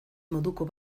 moduko